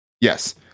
Yes